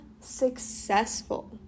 successful